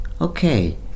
Okay